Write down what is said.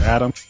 Adam